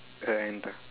and